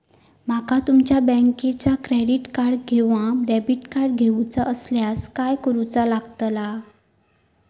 माका तुमच्या बँकेचा क्रेडिट कार्ड किंवा डेबिट कार्ड घेऊचा असल्यास काय करूचा लागताला?